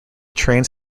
trains